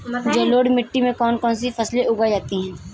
जलोढ़ मिट्टी में कौन कौन सी फसलें उगाई जाती हैं?